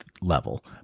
level